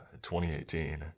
2018